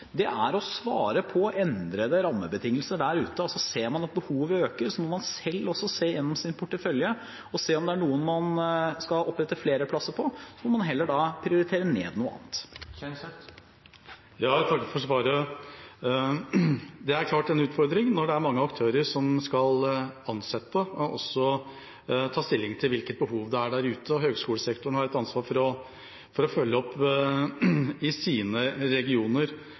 er å svare på endrede rammebetingelser der ute, og ser man at behovet øker, så må man selv se gjennom sin portefølje og se om det er studier man skal opprette flere plasser på, og så får man heller da prioritere ned noe annet. Jeg takker for svaret. Det er klart en utfordring når det er mange aktører som skal ansette og også ta stilling til hvilket behov det er der ute, og høgskolesektoren har et ansvar for å følge opp i sine regioner.